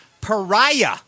Pariah